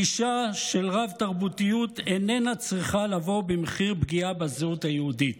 "גישה של רב-תרבותיות איננה צריכה לבוא במחיר פגיעה בזהות היהודית".